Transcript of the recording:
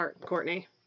Courtney